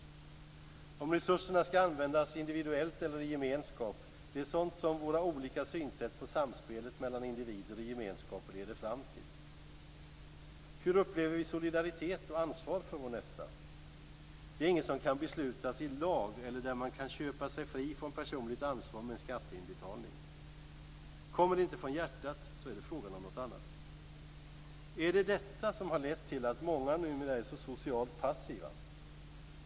Huruvida resurserna skall användas individuellt eller i gemenskap är sådant som våra olika synsätt på samspelet mellan individer och gemenskaper leder fram till. Hur upplever vi solidaritet och ansvar för vår nästa? Det är inget som kan beslutas i lag eller där man kan köpa sig fri från personligt ansvar med en skatteinbetalning. Kommer det inte från hjärtat är det fråga om något annat. Är det detta som har lett till att många numera är så socialt passiva?